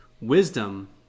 wisdom